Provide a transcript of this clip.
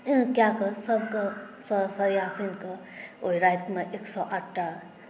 कए कऽ सभकेँ ओहि रातिमे एक सए आठटा